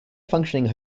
functioning